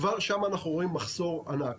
כבר שם אנחנו רואים מחסור ענק.